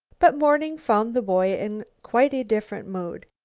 but morning found the boy in quite a different mood.